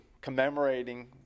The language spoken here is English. Commemorating